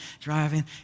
driving